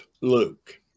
Luke